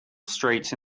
streets